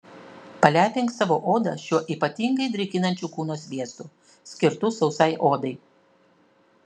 palepink savo odą šiuo ypatingai drėkinančiu kūno sviestu skirtu sausai odai